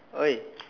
!oi!